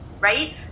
Right